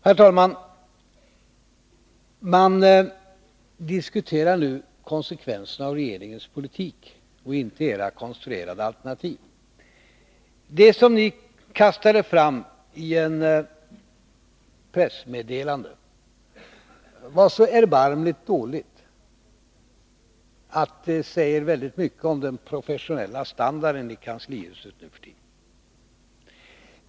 Herr talman! Det är konsekvenserna av regeringens politik som nu diskuteras och inte era konstruerade alternativ. Det som ni kastade fram i ett pressmeddelande var så erbarmligt dåligt, att det säger väldigt mycket om den professionella standarden i kanslihuset nu för tiden.